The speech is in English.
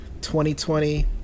2020